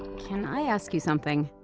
can i ask you something?